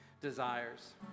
desires